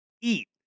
eat